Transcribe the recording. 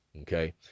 Okay